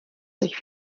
sich